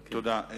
תודה.